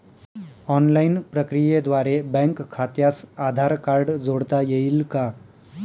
Online प्रक्रियेद्वारे bank खात्यास Aadhaar card जोडता येईल का?